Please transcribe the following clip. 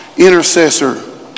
intercessor